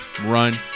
run